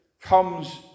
comes